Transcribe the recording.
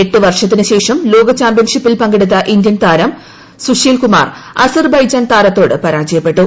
എട്ട് വർഷത്തിനുശേഷം ലോക ചാമ്പ്യൻഷിപ്പിൽ പങ്കെടുത്ത ഇന്ത്യൻതാരം സുശീൽകുമാർ അസിർബൈജാൻ താരത്തോട് പരാജയപ്പെട്ടു